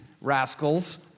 rascals